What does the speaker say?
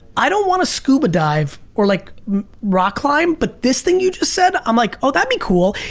i don't wanna scuba dive or like rock climb, but this thing you just said, i'm like, oh that'd be cool.